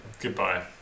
Goodbye